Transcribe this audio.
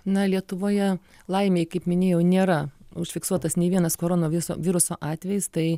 na lietuvoje laimei kaip minėjau nėra užfiksuotas nei vienas korona viso viruso atvejis tai